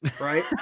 right